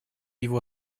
его